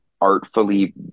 artfully